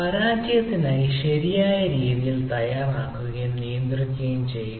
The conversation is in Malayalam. പരാജയത്തിനായി ശരിയായ രീതിയിൽ തയ്യാറാകുകയും നിയന്ത്രിക്കുകയും ചെയ്യുക